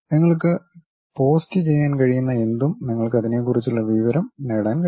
നിങ്ങൾക്ക് പോസ്റ്റുചെയ്യാൻ കഴിയുന്ന എന്തും നിങ്ങൾക്ക് അതിനെക്കുറിച്ചുള്ള വിവരങ്ങൾ നേടാൻ കഴിയും